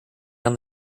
down